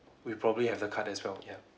we probably have the card as well ya